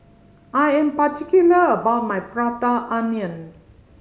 I am particular about my Prata Onion